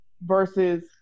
Versus